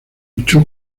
luchó